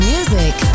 Music